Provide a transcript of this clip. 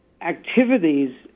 activities